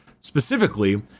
specifically